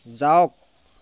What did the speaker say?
যাওক